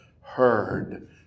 heard